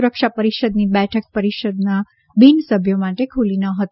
સુરક્ષા પરિષદની બેઠક પરિષદના બિન સભ્યો માટે ખુલી ન હતી